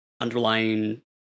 underlying